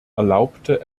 erlaubte